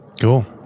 Cool